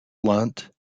lunt